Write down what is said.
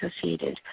associated